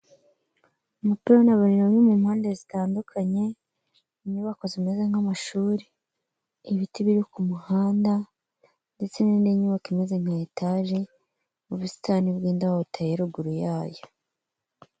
Amapironi abiri ari mu mpande zitandukanye, inyubako zimeze nk'amashuri, ibiti biri ku muhanda, ndetse' n'indi nyubako imeze nka etaje, mu busitani bw'indabo buteye ruguru yayo.